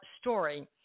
story